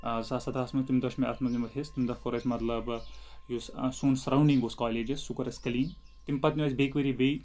زٕ ساس سَدہَس منٛز تَمہِ دۄہ چھِ مےٚ اَتھ منٛز نِمُت حِصہٕ تَمہِ دۄہ کوٚر اَسہِ مطلب یُس سون سَراوڈِنٛگ اوس کالیجَس سُہ کوٚر اَسہِ کٔلیٖن تِم پَتہٕ نیوٗ اَسہِ بیٚکہ ؤرۍ یہِ بیٚیہِ